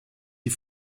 die